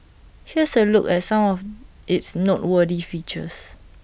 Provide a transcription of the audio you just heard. here's A look at some of its noteworthy features